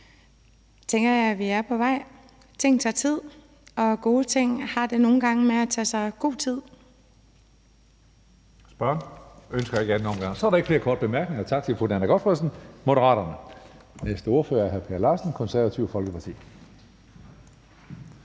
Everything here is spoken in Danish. måde tænker jeg jo vi er på vej. Tingene tager tid, og gode ting har det nogle gange med at tage sig god tid.